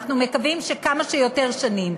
אנחנו מקווים שכמה שיותר שנים,